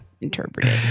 Interpreted